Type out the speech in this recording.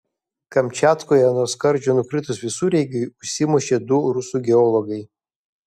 kamčiatkoje nuo skardžio nukritus visureigiui užsimušė du rusų geologai